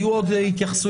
היו עוד התייחסויות?